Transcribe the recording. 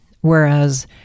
Whereas